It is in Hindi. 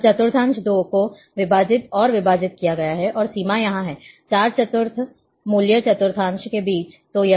अब चतुर्थांश 2 को और विभाजित किया गया है और सीमा यहाँ है 4 चतुर्थ मूल चतुर्थांश के बीच